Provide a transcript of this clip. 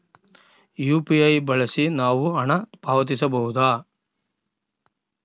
UPI ಬಳಸಿ ನಾವು ಹಣ ಪಾವತಿಸಬಹುದಾ?